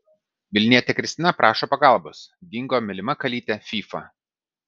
vilnietė kristina prašo pagalbos dingo mylima kalytė fyfa